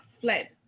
fled